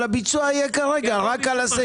אבל הביצוע כרגע יהיה רק על הסעיף --- שיבוא